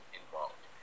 involved